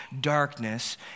darkness